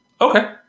okay